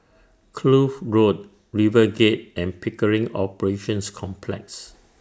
Kloof Road RiverGate and Pickering Operations Complex